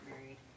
married